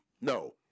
No